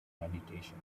meditation